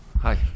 hi